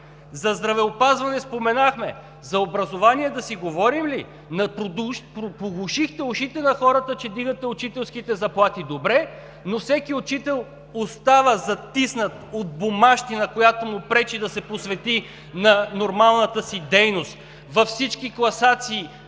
За здравеопазването споменахме. За образованието да си говорим ли? Проглушихте ушите на хората, че вдигате учителските заплати. Добре, но всеки учител остава затиснат от бумащината, която му пречи да се посвети на нормалната си дейност. Във всички класации